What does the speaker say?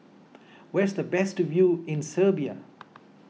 where is the best view in Serbia